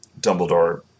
Dumbledore